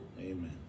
Amen